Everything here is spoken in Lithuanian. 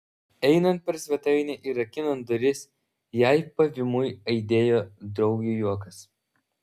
einant per svetainę ir rakinant duris jai pavymui aidėjo draugių juokas